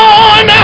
on